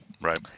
Right